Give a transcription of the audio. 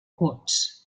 courts